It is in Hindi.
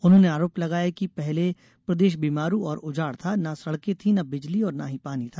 उन्होंने आरोप लगाया कि उन्हें पहले प्रदेश बिमारू और उजाड़ था न सड़कें थी न बिजली और न पानी था